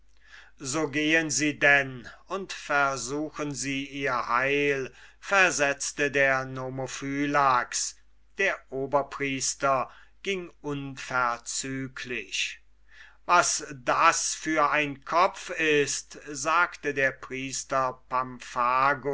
so gehen sie dann und versuchen sie ihr heil sagte der nomophylax der oberpriester ging unverzüglich was das für ein kopf ist sagte der priester